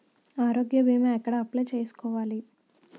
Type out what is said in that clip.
ఆరోగ్య భీమా ఎక్కడ అప్లయ్ చేసుకోవాలి?